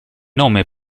nome